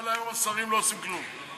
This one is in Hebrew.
סעיף 1 התקבל כלשון הצעת החוק.